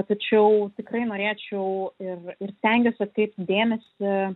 tačiau tikrai norėčiau ir ir stengiuosi atkreipti dėmesį